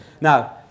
Now